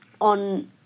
On